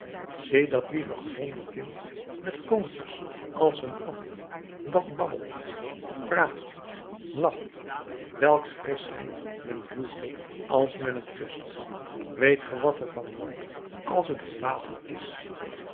ziet dat lieve gezonde kind met koontjes als een appel dat babbelt praat lacht welks frischheid men voelt als men het kust weet ge wat er van wordt als het verlaten is